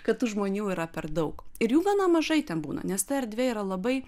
kad tų žmonių yra per daug ir jų gana mažai ten būna nes ta erdvė yra labai